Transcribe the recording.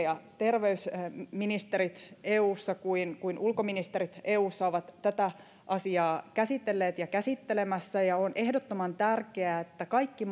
ja terveysministerit eussa kuin kuin ulkoministerit eussa ovat tätä asiaa käsitelleet ja käsittelemässä ja on ehdottoman tärkeää että kaikki